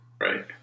right